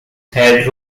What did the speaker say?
had